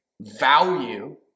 value